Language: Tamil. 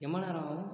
எம்மா நேரம் ஆகும்